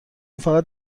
فقط